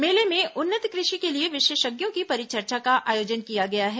मेले में उन्नत कृषि के लिए विशेषज्ञों की परिचर्चा का आयोजन किया गया है